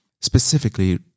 specifically